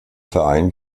verein